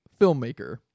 filmmaker